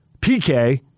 PK